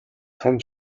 том